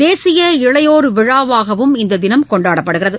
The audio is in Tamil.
தேசிய இளையோர் விழாவாகவும் இந்த தினம் கொண்டாடப்படுகிறது